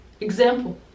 example